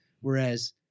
Whereas